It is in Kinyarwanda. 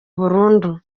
burundu